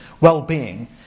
well-being